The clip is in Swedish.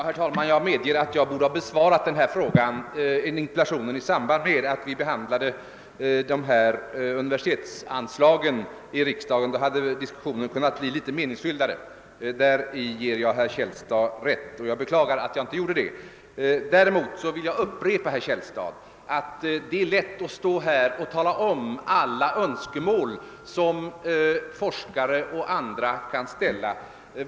Herr talman! Jag medger att jag borde ha besvarat interpellationen i samband med att vi behandlade universitetsanslagen i riksdagen. Då hade diskussionen kunnat bli mera meningsfylld — det ger jag herr Källstad rätt i. Jag beklagar därför att jag inte gjorde det. | Däremot vill jag upprepa, herr Källstad, att det är lätt att här räkna upp alla önskemål som forskare och andra kan framställa.